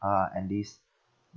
uh end this